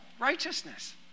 righteousness